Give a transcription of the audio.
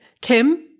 Kim